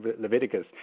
Leviticus